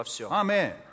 Amen